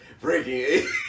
breaking